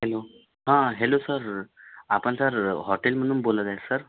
hello हां hello sir आपण sir हॉटेलमधून बोलत आहे सर